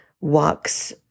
walks